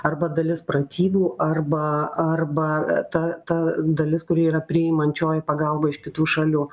arba dalis pratybų arba arba ta ta dalis kuri yra priimančioji pagalba iš kitų šalių